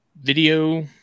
video